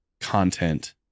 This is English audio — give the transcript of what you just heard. content